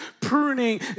pruning